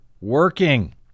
working